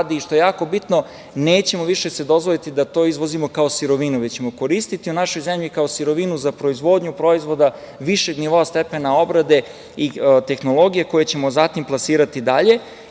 što je jako bitno, nećemo više dozvoliti da to izvozimo kao sirovinu, već ćemo koristiti u našoj zemlji kao sirovinu za proizvodnju proizvoda višeg nivoa stepena obrade i tehnologije, koje ćemo zatim plasirati dalje.